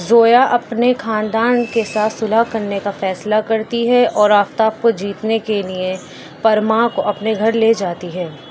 زویا اپنے خاندان کے ساتھ صلح کرنے کا فیصلہ کرتی ہے اور آفتاب کو جیتنے کے لیے پرما کو اپنے گھر لے جاتی ہے